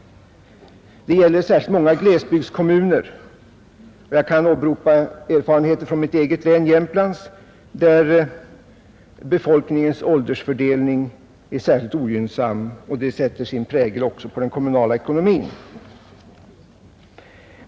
Det gäller särskilt många glesbygdskommuner. Jag kan åberopa erfarenheter från mitt eget län, Jämtlands, där befolkningens åldersfördelning är särskilt ogynnsam, vilket sätter sin prägel också på den kommunala ekonomin.